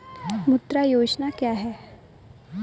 मुद्रा योजना क्या है?